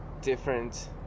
different